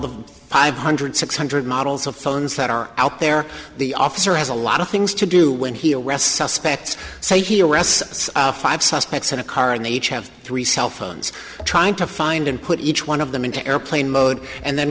the five hundred six hundred models of phones that are out there the officer has a lot of things to do when he addressed suspects say he arrests five suspects in a car and they each have three cell phones trying to find and put each one of them into airplane mode and then